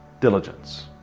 diligence